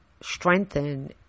strengthen